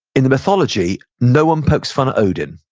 in the mythology, no one pokes fun at odin,